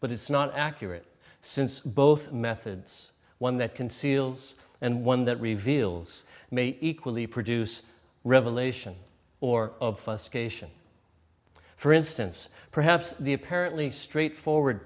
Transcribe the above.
but it's not accurate since both methods one that conceals and one that reveals may equally produce revelation or obfuscation for instance perhaps the apparently straightforward